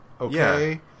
Okay